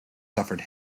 suffered